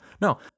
No